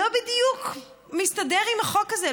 לא בדיוק מסתדר עם החוק הזה,